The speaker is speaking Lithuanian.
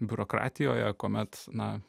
biurokratijoje kuomet na